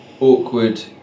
awkward